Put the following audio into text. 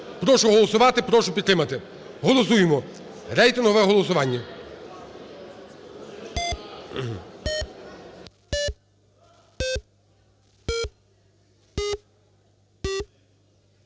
Прошу голосувати, прошу підтримати. Голосуємо, рейтингове голосування.